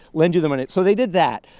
lend you the money. so they did that.